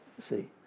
See